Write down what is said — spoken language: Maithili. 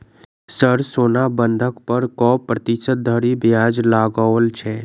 सर सोना बंधक पर कऽ प्रतिशत धरि ब्याज लगाओल छैय?